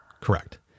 Correct